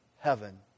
heaven